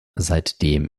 seitdem